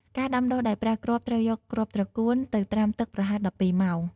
ការដាំដុះដោយប្រើគ្រាប់ត្រូវយក គ្រាប់ត្រកួន ទៅត្រាំទឹកប្រហែល ១២ ម៉ោង។